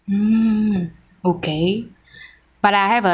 um okay but I have a